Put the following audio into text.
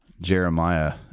Jeremiah